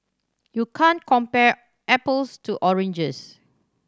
you can't compare apples to oranges